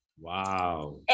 Wow